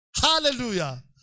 Hallelujah